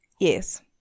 yes